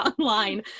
online